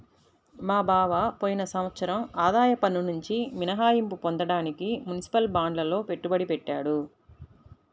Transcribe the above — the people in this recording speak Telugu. మా బావ పోయిన సంవత్సరం ఆదాయ పన్నునుంచి మినహాయింపు పొందడానికి మునిసిపల్ బాండ్లల్లో పెట్టుబడి పెట్టాడు